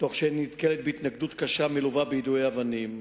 תוך שהיא נתקלת בהתנגדות קשה מלווה ביידויי אבנים.